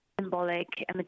symbolic